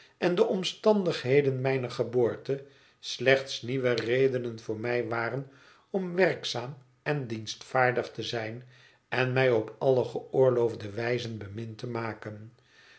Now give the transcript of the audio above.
en de omstandigheden mijner geboorte slechts nieuwe redenen voor mij waren om werkzaam en dienstvaardig te zijn en mij op alle geoorloofde wijzen bemind te maken